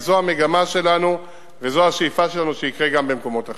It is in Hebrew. כי המגמה שלנו והשאיפה שלנו שזה יקרה גם במקומות אחרים.